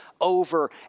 over